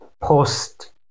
post